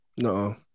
No